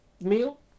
meal